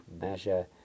measure